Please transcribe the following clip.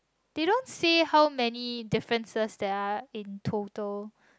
they don't say how many differences there are in total